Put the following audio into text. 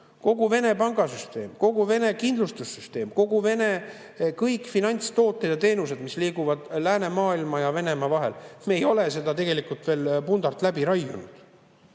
kogu Vene pangasüsteem, kogu Vene kindlustussüsteem, kõik finantstooted ja teenused, mis liiguvad läänemaailma ja Venemaa vahel. Me ei ole tegelikult veel seda pundart läbi raiunud.